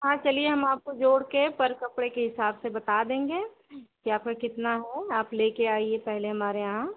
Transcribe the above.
हाँ चलिए हम आपको जोड़कर पर कपड़े के हिसाब से बता देंगे कि आपका कितना हुआ आप लेकर आइए पहले हमारे यहाँ